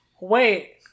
Wait